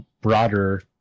broader